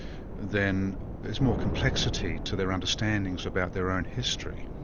then there's more complexity to their understandings about their own history,